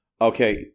Okay